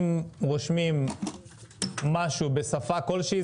אם רושמים משהו בשפה כלשהי,